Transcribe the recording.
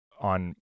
on